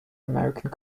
american